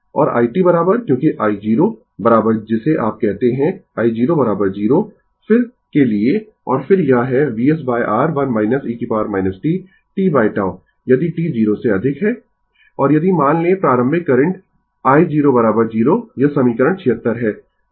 और i t क्योंकि i0 जिसे आप कहते है i0 0 फिर के लिए और फिर यह है VsR 1 e t tτ यदि t 0 से अधिक है और यदि मान लें प्रारंभिक करंट i0 0 यह समीकरण 76 है